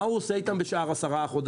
מה הוא עושה איתם בשאר 10 חודשים?